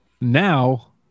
now